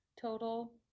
total